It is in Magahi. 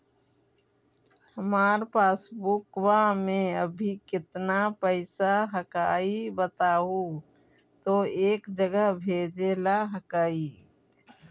हमार पासबुकवा में अभी कितना पैसावा हक्काई बताहु तो एक जगह भेजेला हक्कई?